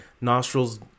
nostrils